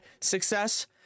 success